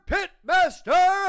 Pitmaster